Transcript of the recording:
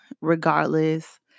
regardless